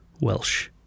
Welsh